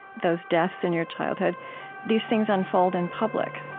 those deaths in your childhood these things unfold in public.